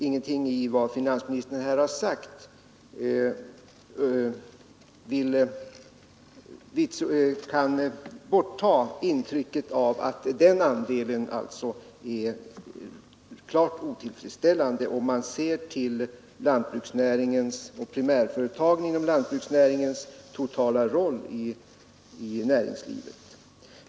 Ingenting av vad finansministern har sagt kan förta intrycket att den andelen är klart otillfredsställande om man ser till lantbruksnäringens och primärföretagens inom lantbruksnäringen roll i samhället.